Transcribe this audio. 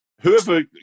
whoever